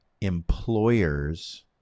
employers